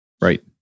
Right